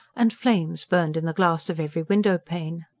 and flames burned in the glass of every window-pane.